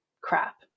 crap